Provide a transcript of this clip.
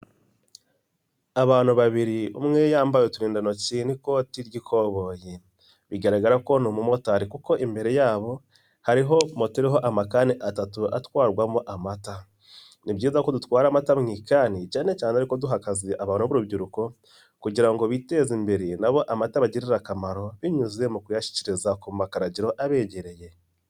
Abantu babiri umwe yambaye uturindantoki n'ikoti ry'ikoboyi bigaragara ko ni umumotari kuko imbere yabo hariho mo turiho amakani atatu atwarwamo amata ni byiza kuko dutwara amata mu ikani cyane cyane ariko duha akazi abantu b'urubyiruko kugira ngo biteze imbere nabo amata abagirire akamaro binyuze mu kuyashyikiriza ku makaragiro abegereye.